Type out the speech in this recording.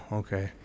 okay